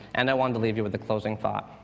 and i wanted to leave you with a closing thought.